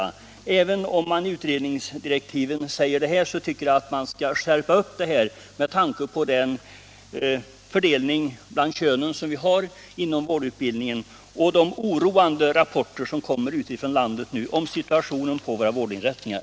Jag tycker att uttalandet i utredningsdirektiven bör skärpas med tanke på den fördelning mellan könen som förekommer inom vårdutbildningen och de oroande rapporter som nu kommer från olika håll i landet om situationen inom våra vårdinrättningar.